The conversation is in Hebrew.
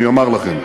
אני אומר לכם,